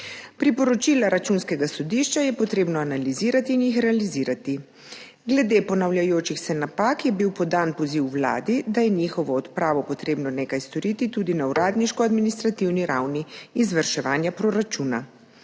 Priporočila Računskega sodišča je potrebno analizirati in jih realizirati. Glede ponavljajočih se napak je bil podan poziv Vladi, da je za njihovo odpravo potrebno nekaj storiti tudi na uradniško administrativni ravni izvrševanja proračuna.